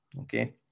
Okay